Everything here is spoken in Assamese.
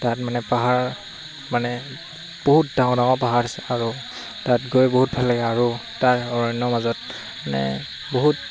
তাত মানে পাহাৰ মানে বহুত ডাঙৰ ডাঙৰ পাহাৰ আছে আৰু তাত গৈ বহুত ভাল লাগে আৰু তাৰ অৰণ্য মাজত মানে বহুত